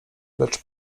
lecz